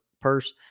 purse